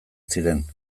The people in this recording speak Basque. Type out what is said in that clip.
ziren